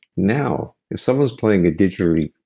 now, if someone is playing a didgeri,